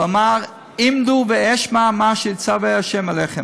והוא אמר: עמדו ואשמעה מה שיצווה ה' עליכם,